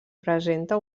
presenta